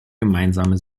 gemeinsame